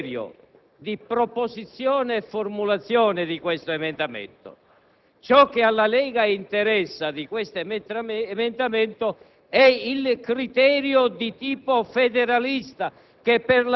né nel criterio di proposizione e formulazione dell'emendamento. Ciò che alla Lega interessa di questo emendamento